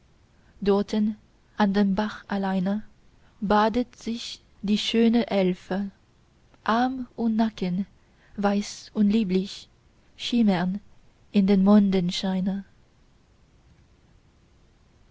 dorten an dem bach alleine badet sich die schöne elfe arm und nacken weiß und lieblich schimmern in dem